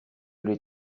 les